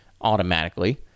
automatically